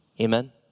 Amen